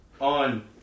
on